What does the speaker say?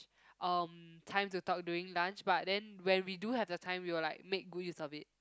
um time to talk during lunch but then when we do have the time we will like make good use of it